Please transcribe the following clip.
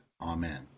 Amen